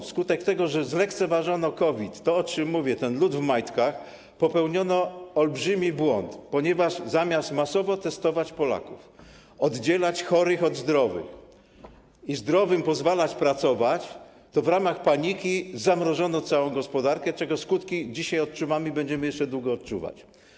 Wskutek tego, że zlekceważono COVID-19 - to o czym powiedziałem: lód w majtkach - popełniono olbrzymi błąd, ponieważ zamiast masowo testować Polaków, oddzielać chorych od zdrowych i zdrowym pozwalać pracować, w ramach paniki zamrożono całą gospodarkę, czego skutki dzisiaj odczuwamy i będziemy jeszcze długo odczuwać.